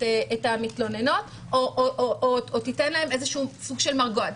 דעתן של המתלוננות או ייתן להן איזשהו סוג של מרגוע.